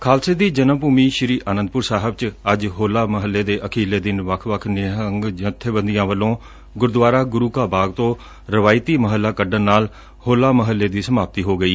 ਖਾਲਸੇ ਦੀ ਜਨਮਭੁਮੀ ਸ੍ਰੀ ਆਨੰਦਪੁਰ ਸਾਹਿਬ ਚ ਅੱਜ ਹੋਲੇ ਮਹੱਲੇ ਦੇ ਅਖੀਰਲੇ ਦਿਨ ਵੱਖ ਵੱਖ ਨਿਹੰਗ ਜਥੇਬੰਦੀਆਂ ਵੱਲੋਂ ਗੁਰਦੁਆਰਾ ਗੁਰੁ ਕਾ ਬਾਗ ਤੋਂ ਰਵਾਇਤੀ ਮਹੱਲਾ ਕੱਢਣ ਨਾਲ ਹੋਲੇ ਮਹੱਲੇ ਦੀ ਸਮਾਪਤੀ ਹੋ ਗਈ